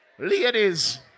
Ladies